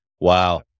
wow